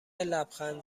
لبخند